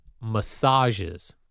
massages